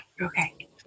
Okay